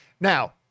Now